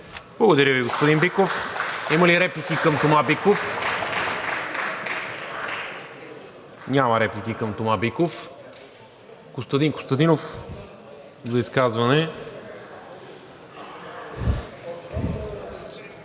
Благодаря Ви, господин Биков. Има ли реплики към Тома Биков? Няма. Костадин Костадинов за изказване.